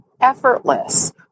effortless